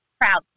proud